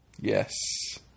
Yes